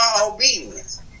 obedience